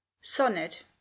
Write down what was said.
Sonnet